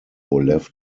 left